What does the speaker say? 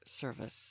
service